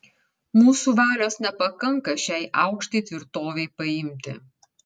mūsų valios nepakanka šiai aukštai tvirtovei paimti